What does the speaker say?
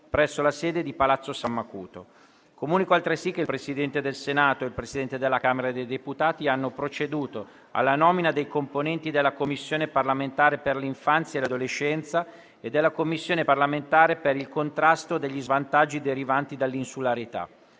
link apre una nuova finestra"). Comunico altresì che il Presidente del Senato e il Presidente della Camera dei deputati hanno proceduto alla nomina dei componenti della Commissione parlamentare per l'infanzia e l'adolescenza e della Commissione parlamentare per il contrasto degli svantaggi derivanti dall'insularità.